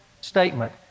statement